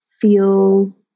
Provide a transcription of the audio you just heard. feel